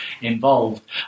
involved